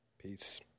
Peace